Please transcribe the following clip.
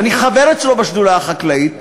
ואני חבר אצלו בשדולה החקלאית,